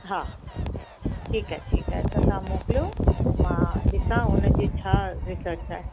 हा ठीकु आहे ठीक आहे तव्हां मोकिलियो ऐं मां ॾिसा उन्हनि जी छा रिसर्च आहे